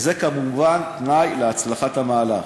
וזה כמובן תנאי להצלחת המהלך.